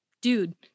dude